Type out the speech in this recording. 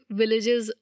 villages